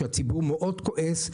שהוא כועס מאוד,